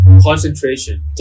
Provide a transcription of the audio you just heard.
concentration